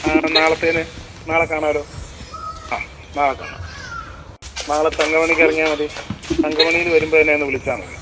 ആ നാളത്തേന് നാളെ കാണാലോ ആ നാളെ കാണാം നാളെ തങ്കമണിക്ക് ഇറങ്ങിയാൽ മതി തങ്കമണിയിൽ വരുമ്പോൾ എന്നെ ഒന്ന് വിളിച്ചാൽ മതി